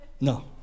No